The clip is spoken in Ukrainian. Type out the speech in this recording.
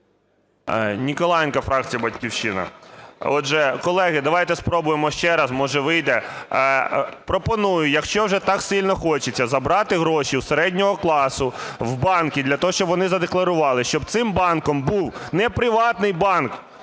Ніколаєнко, фракція "Батьківщина". Отже, колеги, давайте спробуємо ще раз, може, вийде. Пропоную, якщо вже так сильно хочеться забрати гроші у середнього класу в банки, для того щоб вони задекларували, щоб цим банком був не приватний банк